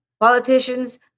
Politicians